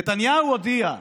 נתניהו הודיע,